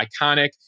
iconic